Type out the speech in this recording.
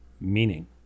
meaning